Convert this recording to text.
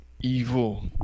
evil